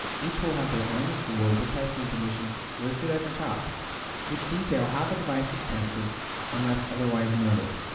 each will have their own global testing conditions listed at the top which detail how the device was tested unless otherwise noted.